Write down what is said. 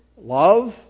love